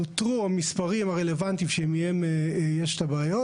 נוטרו המספרים הרלוונטיים שמהם יש את הבעיות